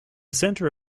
centre